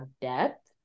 depth